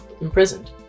imprisoned